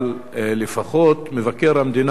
אבל לפחות מבקר המדינה,